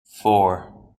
four